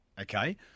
Okay